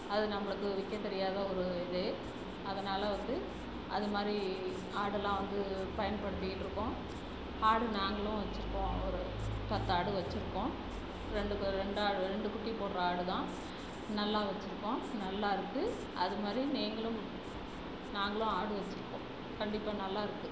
அது நம்மளுக்கு விற்கத் தெரியாத ஒரு இது அதனால் வந்து அது மாதிரி ஆடுலாம் வந்து பயன்படுத்திக்கிட்டு இருக்கோம் ஆடு நாங்களும் வச்சிருக்கோம் நம்ம ஒரு பத்து ஆடு வச்சிருக்கோம் ரெண்டு ரெண்டு ஆடு ரெண்டு குட்டிப் போடுற ஆடு தான் நல்லா வச்சிருக்கோம் நல்லாருக்கு அது மாதிரி நீங்களும் நாங்களும் ஆடு வச்சிருக்கோம் கண்டிப்பாக நல்லாருக்குது